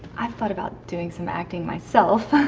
i thought about doing some acting myself.